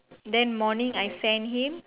then morning I send him